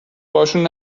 باهاشون